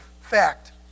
fact